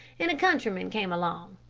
and a countryman came along,